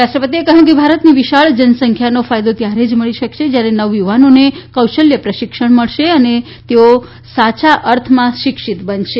રાષ્ટ્રપતિ એ કહ્યું કે ભારતની વિશાળ જનસંખ્યાનો ફાયદો ત્યારે જ મળી શકશે જયારે નવયુવાનોને કૌશલ્ય પ્રશિક્ષણ મળશે અને તેઓ ધ્વારા અર્થમાં શિક્ષિત બનશે